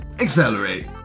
Accelerate